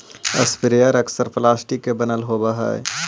sprayer अक्सर plastic के बनल होवऽ हई